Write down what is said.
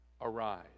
Arise